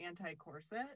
anti-corset